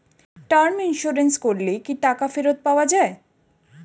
Term insurance করলে কি টাকা ফেরত পাওয়া যায়?